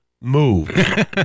move